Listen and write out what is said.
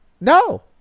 No